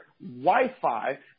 Wi-Fi